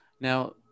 Now